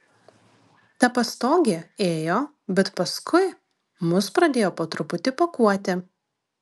ta pastogė ėjo bet paskui mus pradėjo po truputį pakuoti